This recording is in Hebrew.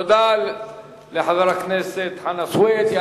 תודה לחבר הכנסת חנא סוייד,